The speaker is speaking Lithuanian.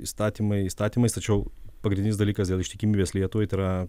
įstatymai įstatymais tačiau pagrindinis dalykas dėl ištikimybės lietuvai tai yra